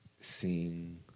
seeing